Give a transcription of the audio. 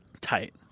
Tight